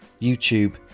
YouTube